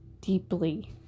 deeply